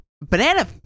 Banana